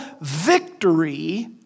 victory